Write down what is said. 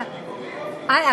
את רוצה להשיב במקומי?